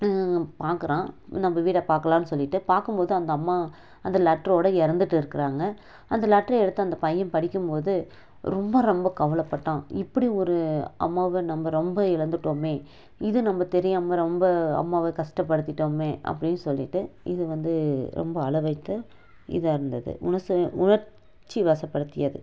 பார்க்குறான் நம்ம வீட்டை பார்க்கலாம்னு சொல்லிவிட்டு பார்க்கும் போது அந்த அம்மா அந்த லெட்டரோடு இறந்துட்டுருக்குறாங்க அந்த லெட்ரு எடுத்து அந்த பையன் படிக்கும் போது ரொம்ப ரொம்ப கவலைபட்டான் இப்படி ஒரு அம்மாவை நம்ம ரொம்ப இழந்துவிட்டோமே இது நம்ம தெரியாமல் ரொம்ப அம்மாவை கஷ்டப்படுத்திட்டோமே அப்படின்னு சொல்லிட்டு இது வந்து ரொம்ப அழ வைத்த இதாக இருந்தது உணர்ச்சி வசப்படுத்தியது